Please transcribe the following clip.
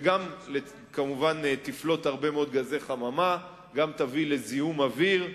שגם כמובן תפלוט הרבה מאוד גזי חממה וגם תביא לזיהום אוויר,